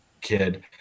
kid